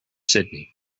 sydney